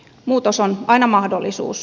muutos on aina mahdollisuus